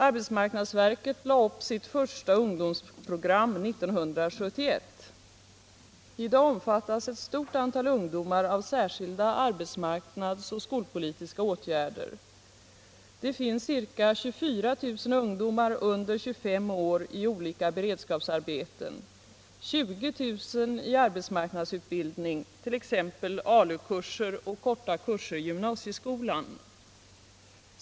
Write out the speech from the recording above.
Arbetsmarknadsverket lade upp sitt första ungdomsprogram 1971. I dag omfattas ett stort antal ungdomar av särskilda arbetsmarknadsoch skolpolitiska åtgärder. Det finns ca 24000 ungdomar under 25 år i olika beredskapsarbeten, 20 000 i arbetsmarknadsutbildning, t.ex. ALU-kurser och korta kurser i gymnasieskolan.